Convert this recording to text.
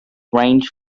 range